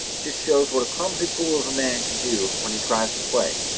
just shows what a clumsy fool of a man can do when he tries to play!